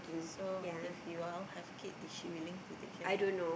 so if you are have kid is she willing to take care of you